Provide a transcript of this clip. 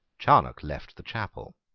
charnock left the chapel.